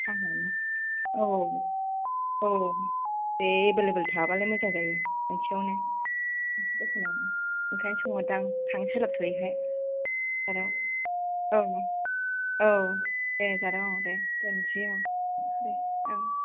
औ औ औ औ ए एभेल एभेल थाबालाय मोजां जायो मोनसेयावनो दखानावनो ओंखायनो सोंहरदां थांनो सोलाबथ'यैखाय जारौ औ औ दे जारौ दोनसै आं औ